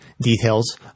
details